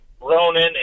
Ronan